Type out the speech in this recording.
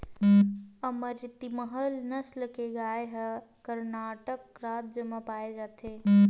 अमरितमहल नसल के गाय ह करनाटक राज म पाए जाथे